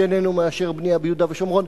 שאיננו מאשר בנייה ביהודה ושומרון.